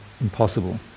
Impossible